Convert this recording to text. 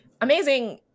amazing